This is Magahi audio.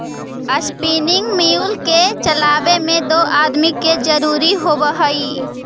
स्पीनिंग म्यूल के चलावे में दो आदमी के जरुरी होवऽ हई